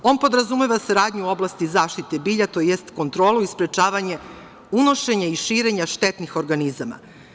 On podrazumeva saradnju u oblasti zaštite bilja, to jest kontrolu i sprečavanje unošenja i širenja štetnih organizama.